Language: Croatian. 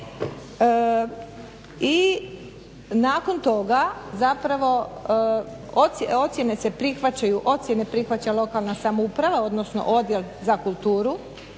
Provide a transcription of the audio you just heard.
i nakon toga ocjene se prihvaća lokalna samouprava odnosno Odjel za kulturu